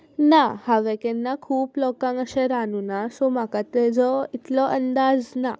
ना हांवें केन्ना खूब लोकांक अशें रांदूंक ना सो म्हाका तेजो इतलो अंदाज ना